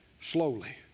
Slowly